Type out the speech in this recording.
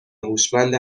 هوشمند